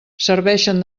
serveixen